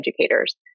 educators